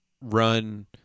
run